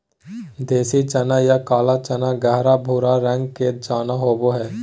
देसी चना या काला चना गहरा भूरा रंग के चना होबो हइ